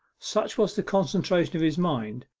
such was the concentration of his mind,